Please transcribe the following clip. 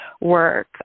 work